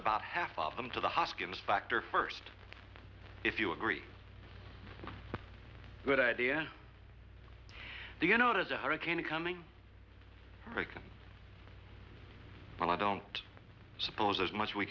about half of them to the hoskins factor first if you agree good idea do you notice a hurricane coming i don't suppose there's much we